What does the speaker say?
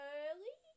early